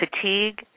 fatigue